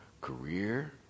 career